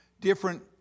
different